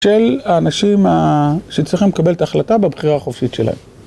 של האנשים שצריכים לקבל את ההחלטה בבחירה החופשית שלהם